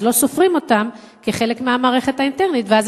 אז לא סופרים אותם כחלק מהמערכת האינטרנית ואז